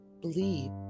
believe